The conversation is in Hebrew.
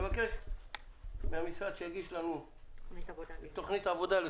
נבקש מהמשרד שיגיש לנו -- תוכנית עבודה בעניין.